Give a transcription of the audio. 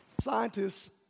Scientists